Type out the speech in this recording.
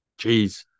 jeez